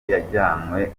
yajyanwe